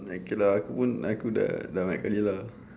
okay lah aku pun aku dah dah banyak kali lah